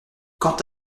quand